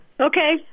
okay